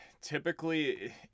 typically